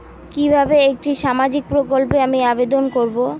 কিভাবে একটি সামাজিক প্রকল্পে আমি আবেদন করব?